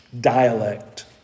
dialect